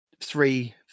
three